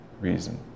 reason